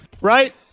Right